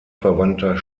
verwandter